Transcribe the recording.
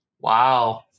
Wow